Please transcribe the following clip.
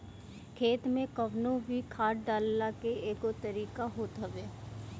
खेत में कवनो भी खाद डालला के एगो तरीका होत हवे